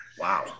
Wow